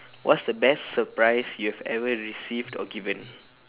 what's the best surprise you have ever received or given